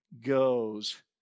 goes